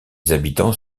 habitants